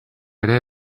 ere